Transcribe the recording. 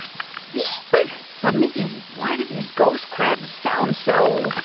see? but but mindy, why do these ghost crabs sound so.